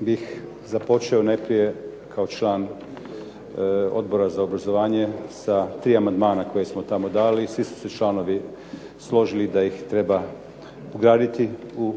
bih započeo najprije kao član Odbora za obrazovanje sa tri amandmana koja smo tamo dali i svi su članovi složili da ih treba ugraditi u